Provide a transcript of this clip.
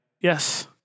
Yes